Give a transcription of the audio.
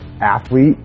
athlete